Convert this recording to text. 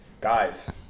Guys